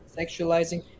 sexualizing